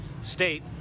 State